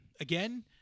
Again